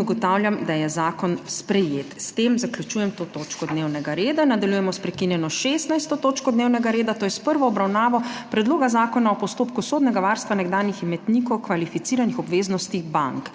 Ugotavljam, da je zakon sprejet. S tem zaključujem to točko dnevnega reda. Nadaljujemo s prekinjeno 16. točko dnevnega reda, to je s prvo obravnavo Predloga zakona o postopku sodnega varstva nekdanjih imetnikov kvalificiranih obveznosti bank.